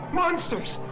Monsters